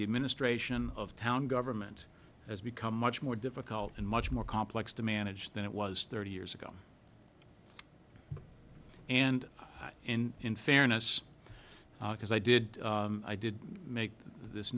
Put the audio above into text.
the administration of town government has become much more difficult and much more complex to manage than it was thirty years ago and in fairness because i did i did make this